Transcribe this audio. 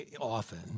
often